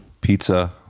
Pizza